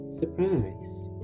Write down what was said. surprised